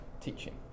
teaching